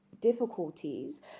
difficulties